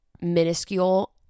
minuscule